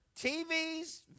TVs